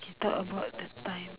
okay talk about the times